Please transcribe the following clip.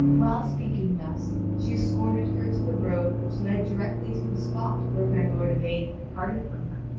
while speaking thus, she escorted her to the road which led directly to the spot where my lord yvain had parted from her.